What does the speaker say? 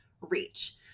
reach